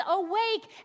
awake